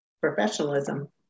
professionalism